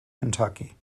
kentucky